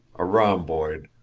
a rhomboid,